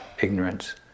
ignorance